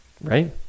Right